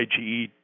IgE